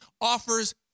offers